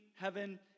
heaven